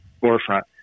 forefront